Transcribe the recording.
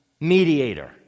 mediator